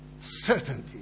Certainty